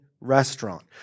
restaurant